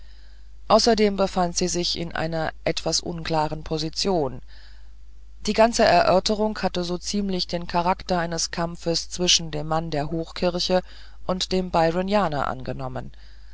außerdem befand sie sich in einer etwas unklaren position die ganze erörterung hatte so ziemlich den charakter eines kampfes zwischen dem mann der hochkirche und dem byronianer angenommen